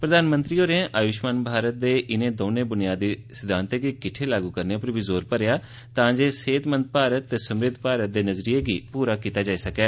प्रधानमंत्री होरें आय्ष्मान भारत दे इनें दौने ब्नियादी सिद्धांतें गी किद्वे लागू करने उप्पर जोर भरेया ऐ तां जे सेहतमंद भारत ते समृद्ध भारत दे नजरियें गी पूरा कीता जाई सकै